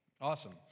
awesome